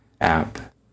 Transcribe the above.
app